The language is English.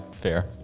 fair